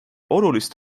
olulist